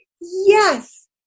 Yes